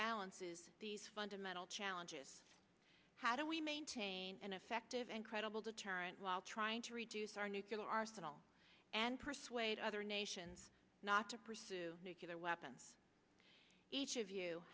balances these fundamental challenges how do we maintain an effective and credible deterrent while trying to reduce our nuclear arsenal and persuade other nations not to pursue nuclear weapons each of you